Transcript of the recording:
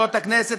חברות הכנסת,